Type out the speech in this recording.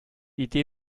idee